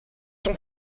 ton